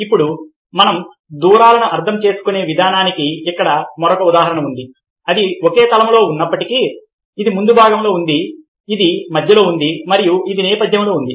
ఇప్పుడు మనం దూరాలను అర్థం చేసుకునే విధానానికి ఇక్కడ మరొక ఉదాహరణ ఉంది అది ఒకే తలములో ఉన్నప్పటికీ ఇది ముందు భాగంలో ఉంది ఇది మధ్యలో ఉంది మరియు ఇది నేపథ్యంలో ఉంది